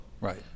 Right